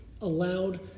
allowed